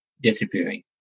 disappearing